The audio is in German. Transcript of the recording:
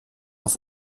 auf